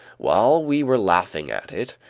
while we were laughing at it,